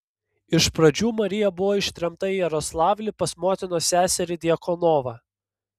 iš pradžių marija buvo ištremta į jaroslavlį pas motinos seserį djakonovą